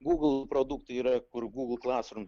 google produktai yra kur google classroom